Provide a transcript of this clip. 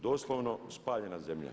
Doslovno spaljena zemlja.